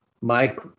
Mike